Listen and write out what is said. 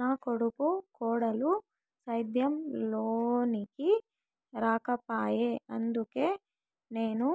నా కొడుకు కోడలు సేద్యం లోనికి రాకపాయె అందుకే నేను